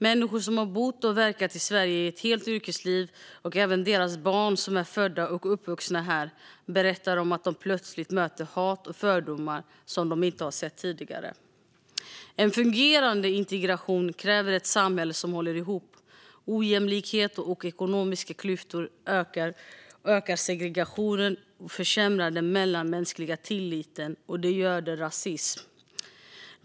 Människor som har bott och verkat i Sverige i ett helt yrkesliv och även deras barn som är födda och uppvuxna här berättar om att de plötsligt möter hat och fördomar som de inte har sett tidigare. En fungerande integration kräver ett samhälle som håller ihop. Ojämlikhet och ekonomiska klyftor ökar segregationen och försämrar den mellanmänskliga tilliten, och det göder rasism.